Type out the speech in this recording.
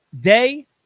day